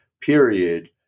period